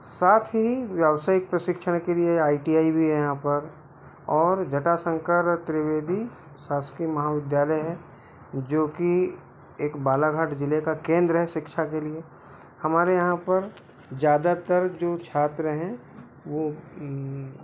साथ ही व्यावसायिक प्रशिक्षण के लिए आई टी आई भी है यहाँ पर और जटाशंकर त्रिवेदी शासकीय महाविद्यालय है जो कि एक बालाघाट जिले का केंद्र है शिक्षा के लिए हमारे यहाँ पर ज़्यादातर जो छात्र हैं वो